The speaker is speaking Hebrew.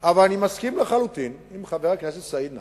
אבל אני מסכים לחלוטין עם חבר הכנסת סעיד נפאע,